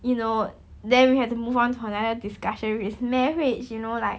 you know then we have to move on to another discussion which is marriage you know like